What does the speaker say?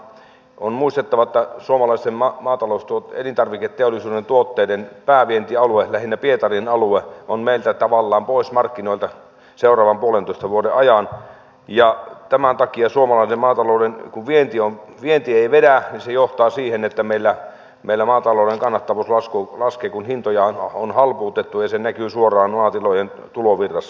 on muistettava että suomalaisen elintarviketeollisuuden tuotteiden päävientialue lähinnä pietarin alue on meiltä tavallaan pois markkinoilta seuraavan puolentoista vuoden ajan ja tämän takia suomalaisen maatalouden vienti ei vedä ja se johtaa siihen että meillä maatalouden kannattavuus laskee kun hintoja on halpuutettu ja se näkyy suoraan maatilojen tulovirrassa